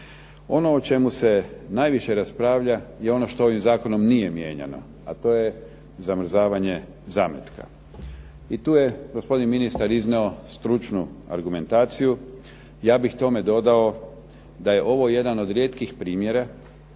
Ono o čemu se najviše raspravlja je ono što ovim Zakonom nije mijenjano a to je zamrzavanje zametaka. I tu je gospodin ministar iznijeo stručnu argumentaciju, ja bih tome dodao da je ovo jedan od rijetkih primjera